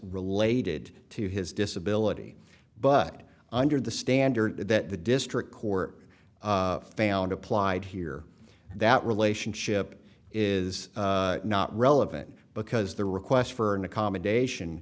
related to his disability but under the standard that the district court found applied here that relationship is not relevant because the request for an accommodation